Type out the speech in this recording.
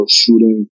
shooting